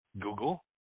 Google